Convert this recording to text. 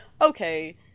okay